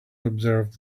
observed